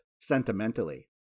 sentimentally